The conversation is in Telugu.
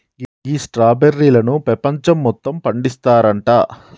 గీ స్ట్రాబెర్రీలను పెపంచం మొత్తం పండిస్తారంట